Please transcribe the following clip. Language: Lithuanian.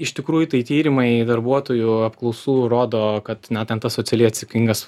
iš tikrųjų tai tyrimai darbuotojų apklausų rodo kad na ten tas socialiai atsakingas